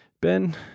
Ben